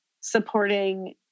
supporting